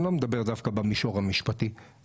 ואני לא מדבר דווקא במישור המשפטי אלא